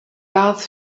darth